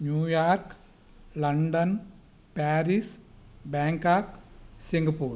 New York London Paris Bangkok Singapore